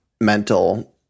mental